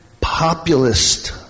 populist